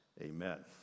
Amen